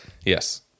Yes